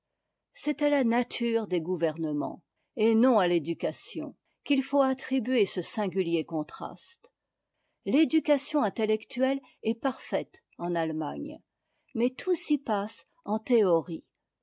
c'est à la nature des gouvernements et non à l'éducation qu'il faut attribuer ce singuiier contraste l'éducation intellectuelle est jmtfaite en allemagne mais tout s'y passe en théorie